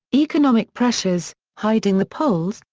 economic pressures, hiding the polls,